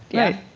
yeah.